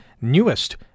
newest